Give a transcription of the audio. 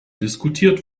diskutiert